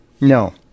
No